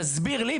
תסביר לי,